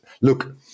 Look